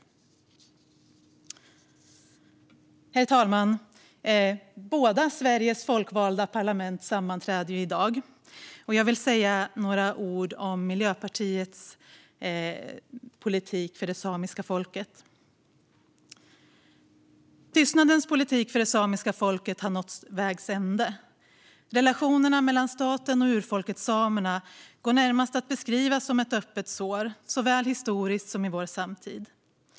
Herr talman! Båda Sveriges folkvalda parlament sammanträder i dag. Jag vill säga några ord om Miljöpartiets politik för det samiska folket. Tystnadens politik för det samiska folket har nått vägs ände. Relationerna mellan staten och urfolket samerna går närmast att beskriva som ett öppet sår, såväl historiskt som i vår samtid.